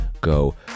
go